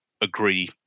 agree